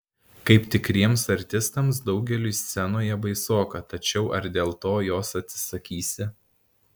kaip tikriems artistams daugeliui scenoje baisoka tačiau ar dėl to jos atsisakysi